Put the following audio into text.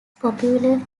popular